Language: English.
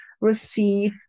receive